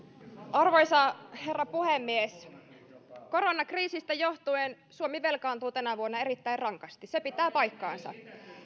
arvoisa herra puhemies koronakriisistä johtuen suomi velkaantuu tänä vuonna erittäin rankasti se pitää paikkansa